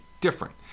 different